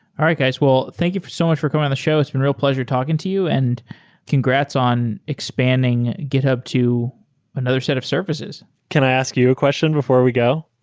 all guys. well, thank you so much for coming on the show. it's been real pleasure talking to you, and congrats on expanding github to another set of services. can i ask you a question before we go?